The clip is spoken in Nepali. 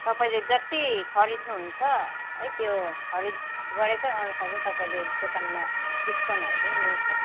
तपाईँले जति खरिद्नु हुन्छ है त्यो खरिद गरेकै अनुसार चाहिँ तपाईँले दोकानमा डिस्काउन्टहरू पनि मिल्छ